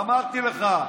אמרתי לך,